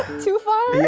too far.